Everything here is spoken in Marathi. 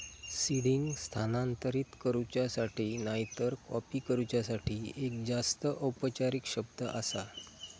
सीडिंग स्थानांतरित करूच्यासाठी नायतर कॉपी करूच्यासाठी एक जास्त औपचारिक शब्द आसा